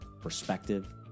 perspective